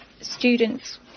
students